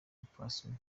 bapfasoni